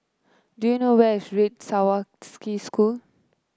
do you know where is Red Swastika School